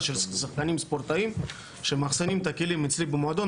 של שחקנים ספורטאים שמאחסנים את הכלים אצלי במועדון,